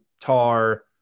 tar